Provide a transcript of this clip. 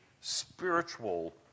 spiritual